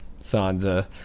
Sansa